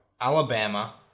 Alabama